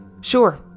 sure